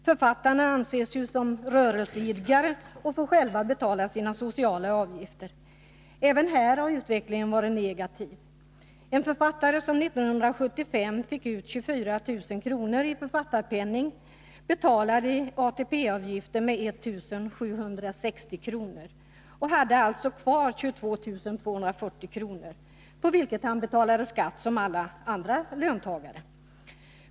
Författarna anses ju som rörelseidkare och får själva betala sina sociala avgifter. Även här har utvecklingen varit negativ. En författare som 1975 fick ut 24000 kr. i författarpenning betalade ATP-avgifter med 1 760 kr. och hade alltså kvar 22 240 kr., på vilket han betalade skatt som alla andra löntagare.